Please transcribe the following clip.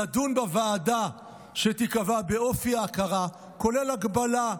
לדון בוועדה שתיקבע באופי ההכרה, כולל הגבלה,